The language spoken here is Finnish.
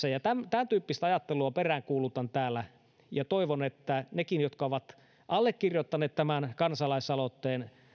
tämäntyyppistä ajattelua peräänkuulutan täällä ja toivon että nekin jotka ovat allekirjoittaneet tämän kansalaisaloitteen